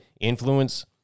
influence